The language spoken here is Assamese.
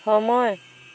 সময়